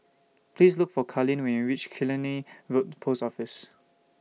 Please Look For Carleen when YOU REACH Killiney Road Post Office